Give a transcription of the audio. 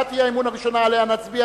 הצעת אי-האמון הראשונה שעליה נצביע,